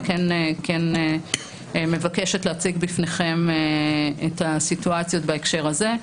היא כן מבקשת להציג בפניכם את הסיטואציות בהקשר הזה.